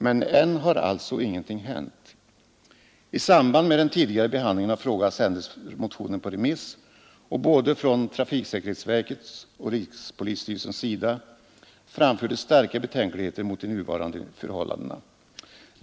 Men än har alltså ingenting hänt. I samband med den tidigare behandlingen av frågan sändes motionen på remiss, och från både trafiksäkerhetsverkets och rikspolisstyrelsens sida framfördes starka betänkligheter mot de nuvarande förhållandena.